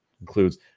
includes